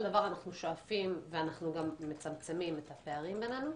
דבר אנחנו מצמצמים את הפערים בינינו.